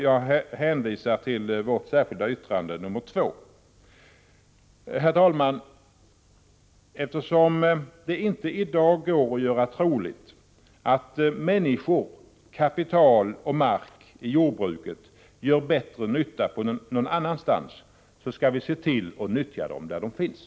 Jag hänvisar till vårt särskilda yttrande nr 2. Herr talman! Eftersom det i dag inte är troligt att människor, kapital och mark i jordbruket gör bättre nytta någon annanstans skall vi se till att nyttja dem där de finns.